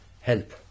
help